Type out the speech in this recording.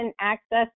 access